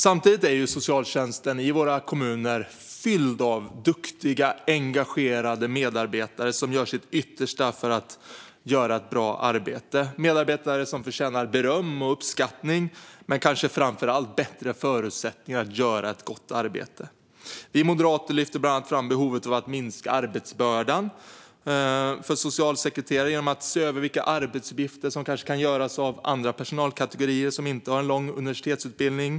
Samtidigt är socialtjänsten i våra kommuner fylld av duktiga, engagerade medarbetare som gör sitt yttersta för att göra ett bra arbete. Dessa medarbetare förtjänar beröm och uppskattning men kanske framför allt bättre förutsättningar att göra ett gott arbetare. Vi moderater lyfter bland annat fram behovet av att minska arbetsbördan för socialsekreterare genom att se över vilka arbetsuppgifter som kanske kan utföras av andra personalkategorier som inte har en lång universitetsutbildning.